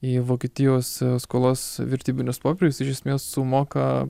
į vokietijos skolos vertybinius popierius iš esmės sumoka